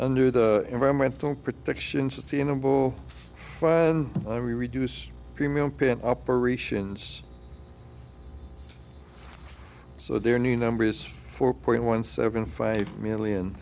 under the environmental protection sustainable and we reduce premium payment operations so their new number is four point one seven five million